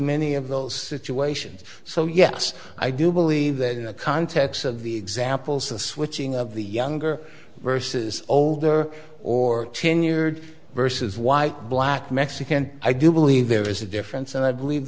many of those situations so yes i do believe that in the context of the examples the switching of the younger versus older or tenured versus white black mexican i do believe there is a difference and i believe